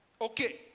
okay